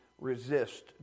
resist